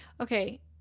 Okay